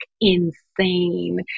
insane